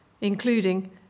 including